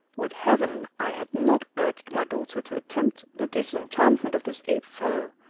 would heaven i had not urged my daughter to attempt the disenchantment of this ape fellow,